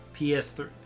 PS3